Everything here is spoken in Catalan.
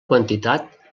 quantitat